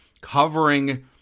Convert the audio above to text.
covering